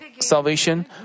salvation